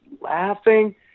laughing